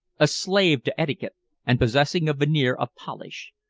a slave to etiquette and possessing a veneer of polish.